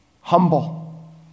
Humble